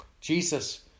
Jesus